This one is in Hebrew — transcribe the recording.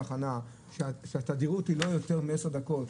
החנייה שהתדירות היא לא יותר מעשר דקות.